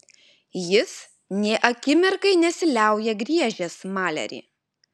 jis nė akimirkai nesiliauja griežęs malerį